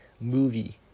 movie